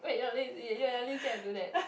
wait your lazy ya ya say I do that